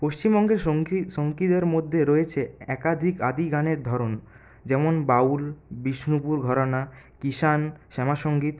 পশ্চিমবঙ্গের সংগী সংগীতের মধ্যে রয়েছে একাধিক আদি গানের ধরন যেমন বাউল বিষ্ণুপুর ঘরানা কিষাণ শ্যামা সংগীত